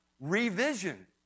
revision